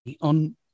on